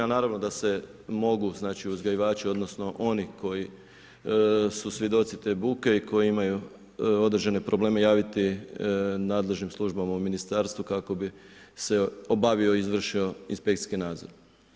Naravno da se mogu uzgajivači odnosno oni koji su svjedoci te buke i koji imaju određene probleme javiti nadležnim službama u ministarstvu kako bi se obavio i izvršio inspekcijski nadzor.